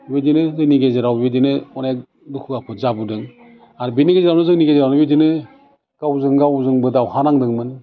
बिबायदिनो जोंनि गेजेराव बेबायदिनो अनेक दुखु आफोद जाबोदों आरो बिनि गेजेरावनो जोंनि गेजेराव बिदिनो गावजों गावजोंबो दावहा नांदोंमोन